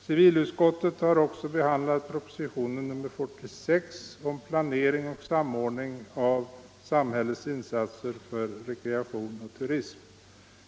Civilutskottet har också behandlat propositionen 46 om planering och samordning av samhällets insatser för rekreation och turism.